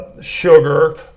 Sugar